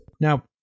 Now